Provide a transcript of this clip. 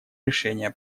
решения